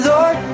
Lord